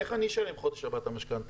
איך אני אשלם בחודש הבא את המשכנתא,